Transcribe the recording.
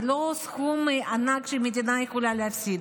לא סכום ענק שהמדינה תפסיד,